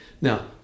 Now